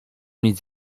nic